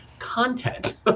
Content